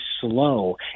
slow